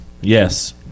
Yes